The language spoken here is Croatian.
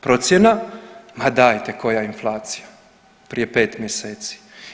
Procjena ma dajte koja inflacija prije pet mjeseci.